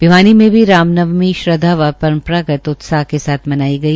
भिवानी में भी रामनवमी श्रद्वा व पंरपरागत उतसाह के साथ मनाई गई